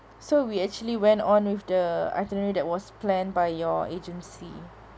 so we actually went on with the itinerary that was planned by your agency